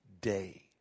day